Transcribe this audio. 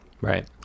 Right